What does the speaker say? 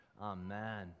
Amen